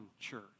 church